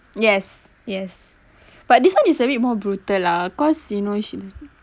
yes yes but this one is a bit more brutal lah cause you know she